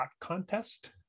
contest